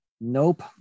Nope